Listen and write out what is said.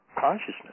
consciousness